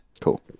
Cool